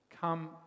Come